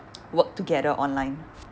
work together online